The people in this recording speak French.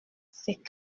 c’est